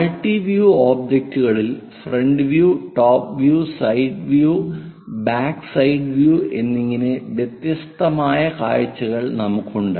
multi view ഒബ്ജക്റ്റുകളിൽ front view top view side view backside view എന്നിങ്ങനെ വ്യത്യസ്തമായ കാഴ്ചകൾ നമുക്ക് ഉണ്ട്